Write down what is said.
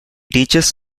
teaches